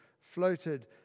floated